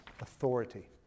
authority